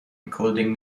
including